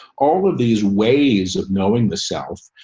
all of these ways of knowing the self,